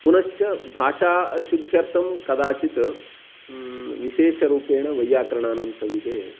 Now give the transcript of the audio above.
पुनश्च भाषाशुध्यर्थं कदाचित् विशेषरूपेण वैयाकरणानां सविधे